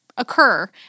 Occur